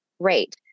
great